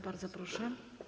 Bardzo proszę.